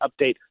update